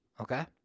Okay